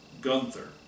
Gunther